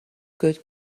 good